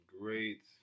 great